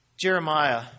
Jeremiah